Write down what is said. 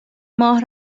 ماه